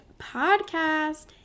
Podcast